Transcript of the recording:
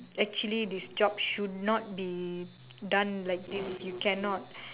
actually this job should not be done like this you cannot